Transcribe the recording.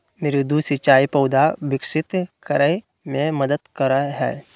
मृदु सिंचाई पौधा विकसित करय मे मदद करय हइ